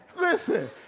Listen